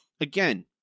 again